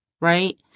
right